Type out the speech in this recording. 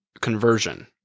conversion